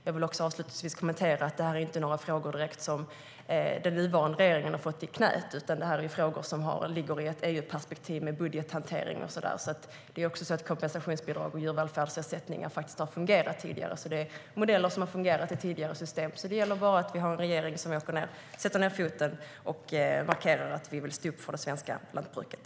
Jag vill avslutningsvis säga att detta inte är frågor som den nuvarande regeringen har fått i knät. Det är frågor som ligger i ett EU-perspektiv med budgethantering och sådant. Kompensationsbidrag och djurvälfärdsersättningar är modeller som har fungerat i tidigare system. Det gäller bara att vi har en regering som åker ned, sätter ned foten och markerar att vi vill stå upp för det svenska lantbruket.